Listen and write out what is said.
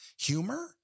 humor